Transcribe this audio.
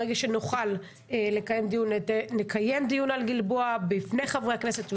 ברגע שנוכל לקיים דיון נקיים דיון על גלבוע בפני חברי הכנסת.